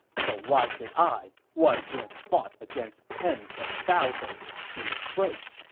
so why should i, one who has fought against tens of thousands, be afraid?